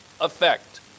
effect